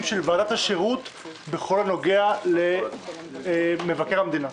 של ועדת השירות בכל הנוגע למבקר המדינה.